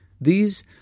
These